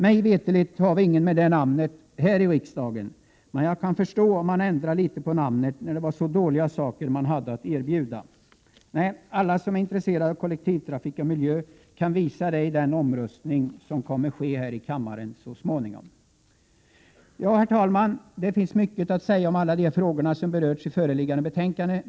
Mig veterligt finns det ingen med det namnet här i riksdagen. Jag kan dock förstå om man ändrar litet på namnet. Man hade ju så dåliga saker att erbjuda. Nej, alla som är intresserade av kollektivtrafik och miljö kan visa detta i den omröstning som så småningom kommer att ske här i kammaren. Herr talman! Det finns mycket att säga i alla de frågor som berörs i föreliggande betänkande.